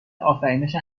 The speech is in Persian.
آفرینش